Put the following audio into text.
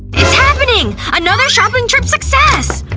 it's happening! another shopping trip success!